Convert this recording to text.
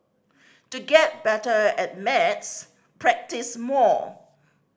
to get better at maths practise more